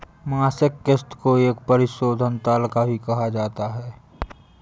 मासिक किस्त को एक परिशोधन तालिका भी कहा जाता है